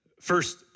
First